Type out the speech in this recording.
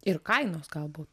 ir kainos galbūt